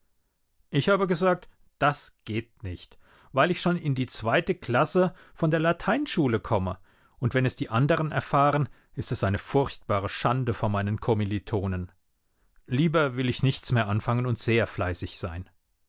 ich habe gesagt das geht nicht weil ich schon in die zweite klasse von der lateinschule komme und wenn es die anderen erfahren ist es eine furchtbare schande vor meinen kommilitonen lieber will ich nichts mehr anfangen und sehr fleißig sein